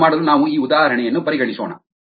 ಅದನ್ನು ಮಾಡಲು ನಾವು ಈ ಉದಾಹರಣೆಯನ್ನು ಪರಿಗಣಿಸೋಣ